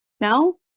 No